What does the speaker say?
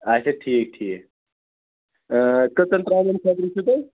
اَچھا ٹھیٖک ٹھیٖک کٔژَن ترٛامٮ۪ن خٲطرٕ چھُو تۄہہِ